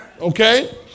okay